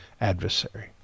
adversary